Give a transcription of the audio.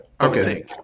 okay